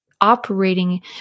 operating